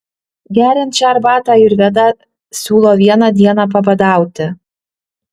geriant šią arbatą ajurvedą siūlo vieną dieną pabadauti